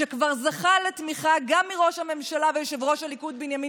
שכבר זכה לתמיכה גם מראש הממשלה ויושב-ראש הליכוד בנימין